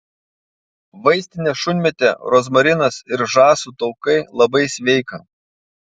vaistinė šunmėtė rozmarinas ir žąsų taukai labai sveika